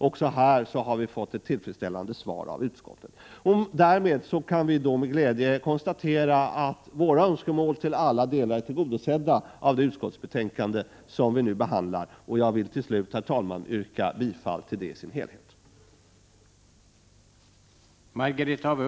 Också här har vi fått ett tillfredsställande svar från utskottet COrRud Arnar ge med Sydafrika och Därmed kan vi med glädje konstatera att våra önskemål till alla delar är tillgodosedda i det utskottsbetänkande vi nu behandlar, och jag vill därför till slut, herr talman, yrka bifall till utskottets hemställan i dess helhet.